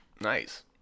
Nice